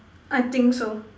I think so